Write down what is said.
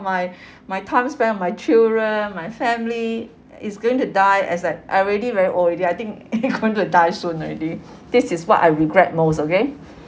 my my time spend with my children my family it's going to die as I I already very old already I think going to die soon already this is what I regret most okay